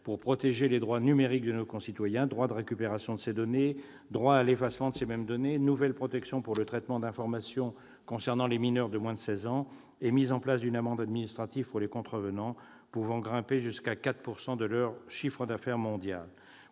pour protéger les droits numériques de nos concitoyens : droit de récupération de ses données, droit à l'effacement de ces mêmes données, nouvelles protections pour le traitement d'informations concernant les mineurs de moins de seize ans et mise en place d'une amende administrative pour les contrevenants, pouvant grimper jusqu'à 4 % de leur chiffre d'affaires mondial.